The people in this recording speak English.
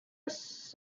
his